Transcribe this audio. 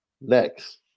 Next